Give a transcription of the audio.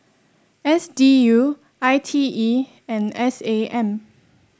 S D U I T E and S A M